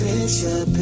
Picture